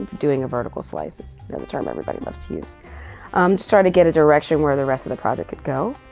doing a vertical slice is the the term everybody loves to use, to um start to get a direction where the rest of the project could go.